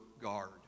guard